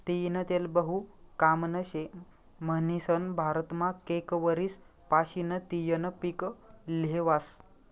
तीयीनं तेल बहु कामनं शे म्हनीसन भारतमा कैक वरीस पाशीन तियीनं पिक ल्हेवास